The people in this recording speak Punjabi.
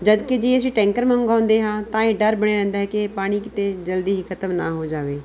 ਜਦ ਕਿ ਜੇ ਅਸੀਂ ਟੈਂਕਰ ਮੰਗਵਾਉਂਦੇ ਹਾਂ ਤਾਂ ਇਹ ਡਰ ਬਣਿਆ ਰਹਿੰਦਾ ਹੈ ਕਿ ਪਾਣੀ ਕਿਤੇ ਜਲਦੀ ਹੀ ਖ਼ਤਮ ਨਾ ਹੋ ਜਾਵੇ